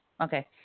Okay